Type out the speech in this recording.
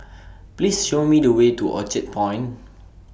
Please Show Me The Way to Orchard Point